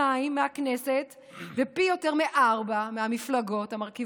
מבכנסת ויותר מפי ארבעה מבמפלגות המרכיבות אותה.